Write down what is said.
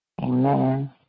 Amen